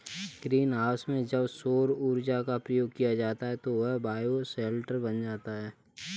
green house में जब सौर ऊर्जा का प्रयोग किया जाता है तो वह बायोशेल्टर बन जाता है